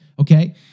okay